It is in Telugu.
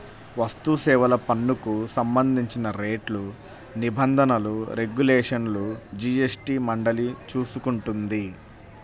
వస్తుసేవల పన్నుకు సంబంధించిన రేట్లు, నిబంధనలు, రెగ్యులేషన్లను జీఎస్టీ మండలి చూసుకుంటుంది